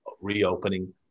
reopening –